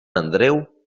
andreu